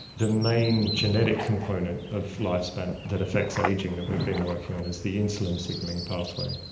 the main genetic component of lifespan that affects ageing that we've been working on is the insulin signalling pathway,